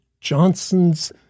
Johnson's